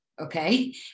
Okay